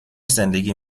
زندگی